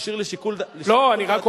תשאיר לשיקול דעתו,